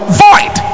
void